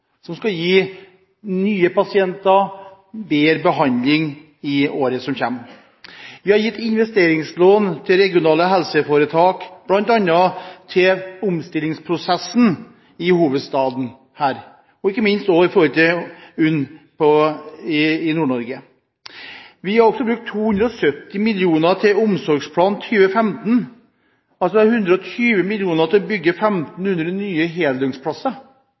som skal gi nye pasienter bedre behandling i året som kommer. Vi har gitt investeringslån til regionale helseforetak, bl.a. til omstillingsprosessen her i hovedstaden og ikke minst til Universitetssykehuset Nord-Norge, UNN. Vi har også brukt 270 mill. kr til Omsorgsplan 2015 – altså 120 mill. kr til å bygge 1 500 nye